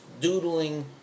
doodling